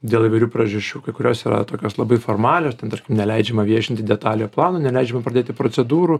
dėl įvairių priežasčių kai kurios yra tokios labai formalios ten tarkim neleidžiama viešinti detaliojo plano neleidžiama pradėti procedūrų